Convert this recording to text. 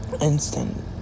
instant